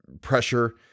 pressure